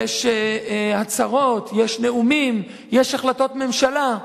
יש הצהרות, יש נאומים, יש החלטות ממשלה,